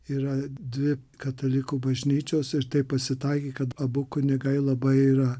yra dvi katalikų bažnyčios ir taip pasitaikė kad abu kunigai labai yra